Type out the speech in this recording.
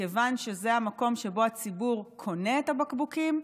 מכיוון שזה המקום שבו הציבור קונה את הבקבוקים.